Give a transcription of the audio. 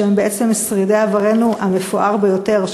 שהם בעצם שרידי עברנו המפואר ביותר,